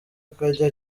akajya